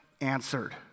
answered